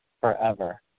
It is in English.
forever